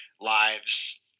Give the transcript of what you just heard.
lives